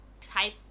type